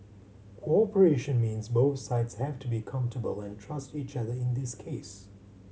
cooperation means both sides have to be comfortable and trust each other in this case